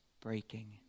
breaking